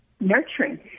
nurturing